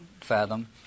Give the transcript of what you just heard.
fathom